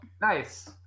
Nice